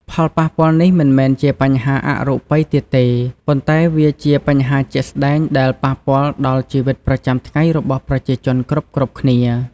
ផលប៉ះពាល់នេះមិនមែនជាបញ្ហាអរូបីទៀតទេ ប៉ុន្តែវាជាបញ្ហាជាក់ស្តែងដែលប៉ះពាល់ដល់ជីវិតប្រចាំថ្ងៃរបស់ប្រជាជនគ្រប់ៗគ្នា។